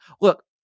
look